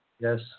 Yes